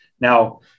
Now